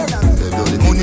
Money